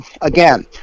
Again